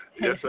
Yes